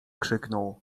krzyknął